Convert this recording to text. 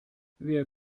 wer